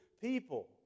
people